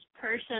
person